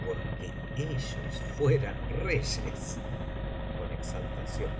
porque ellos fueran reyes con exaltación